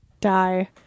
die